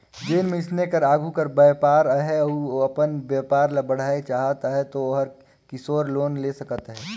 जेन मइनसे कर आघु कर बयपार अहे अउ ओ अपन बयपार ल बढ़ाएक चाहत अहे ता ओहर किसोर लोन ले सकत अहे